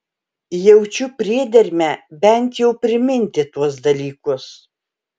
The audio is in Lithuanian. jaučiu priedermę bent jau priminti tuos dalykus